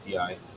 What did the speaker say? API